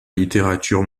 littérature